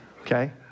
Okay